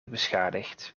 beschadigd